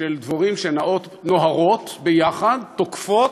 של דבורים שנעות, נוהרות, יחד, תוקפות,